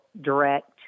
direct